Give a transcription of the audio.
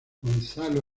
gonzalo